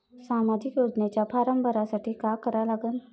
सामाजिक योजनेचा फारम भरासाठी का करा लागन?